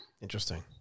Interesting